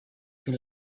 can